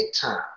time